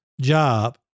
job